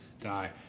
die